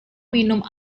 minum